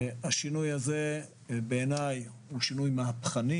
השינוי הזה בעיני הוא שינוי מהפכני.